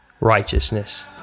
righteousness